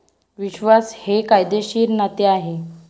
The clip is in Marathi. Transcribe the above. विश्वास हे कायदेशीर नाते आहे